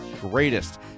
greatest